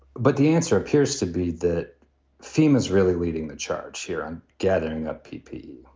but the answer appears to be that fema's really leading the charge here on gathering up p p.